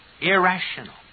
Irrational